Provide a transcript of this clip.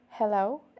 Hello